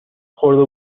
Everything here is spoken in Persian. خورده